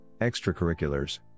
extracurriculars